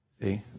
See